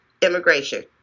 Immigration